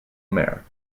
mayor